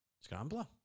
Scrambler